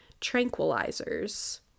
tranquilizers